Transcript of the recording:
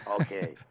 Okay